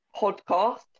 podcast